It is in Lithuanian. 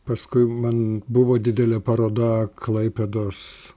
paskui man buvo didelė paroda klaipėdos